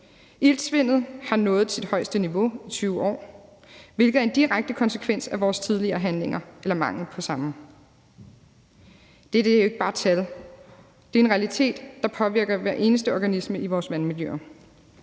Iltsvindet har nået det højeste niveau i 20 år, hvilket er en direkte konsekvens af vores tidligere handlinger eller mangel på samme. Det her er jo ikke bare tal; det er en realitet, der påvirker hver eneste organisme i vores vandmiljøer,